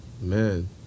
man